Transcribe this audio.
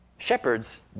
Shepherds